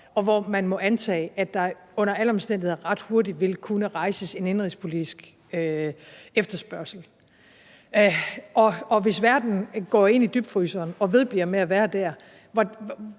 og hvor man må antage at der under alle omstændigheder ret hurtigt vil kunne rejses en indenlandsk efterspørgsel. Og hvis verden går ind i dybfryseren og vedbliver med at være der,